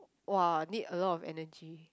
!wah! need a lot of energy